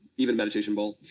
even a meditation bowl,